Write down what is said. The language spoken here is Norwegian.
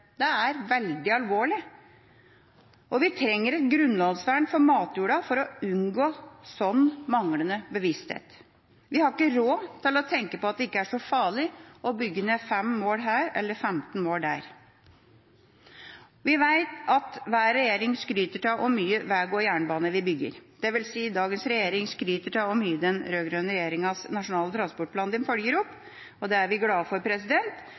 Det er veldig alvorlig! Vi trenger et grunnlovsvern for matjorda for å unngå slik manglende bevissthet. Vi har ikke råd til å tenke at det ikke er så farlig å bygge ned 5 mål her eller 15 mål der. Vi vet at hver regjering skryter av hvor mye vei og jernbane den bygger – dvs. dagens regjering skryter av hvor mye av den rød-grønne regjeringas nasjonale transportplan den følger opp. Det er vi glade for,